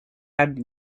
had